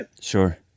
Sure